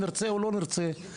נרצה או לא נרצה,